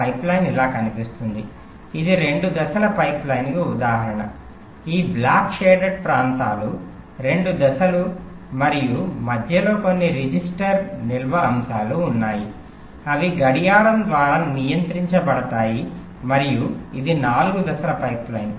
pipeline ఇలా కనిపిస్తుంది ఇది రెండు దశల పైప్లైన్కు ఉదాహరణ ఈ బ్లాక్ షేడెడ్ ప్రాంతాలు రెండు దశలు మరియు మధ్యలో కొన్ని రిజిస్టర్ల నిల్వ అంశాలు ఉన్నాయి అవి గడియారం ద్వారా నియంత్రించబడతాయి మరియు ఇది నాలుగు దశల పైప్లైన్